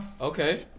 Okay